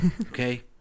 Okay